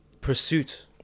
pursuit